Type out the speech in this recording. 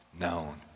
known